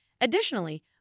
Additionally